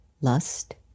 lust